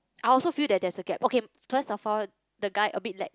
I also feel that there's a gap okay first of all the guy a bit lag